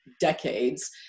decades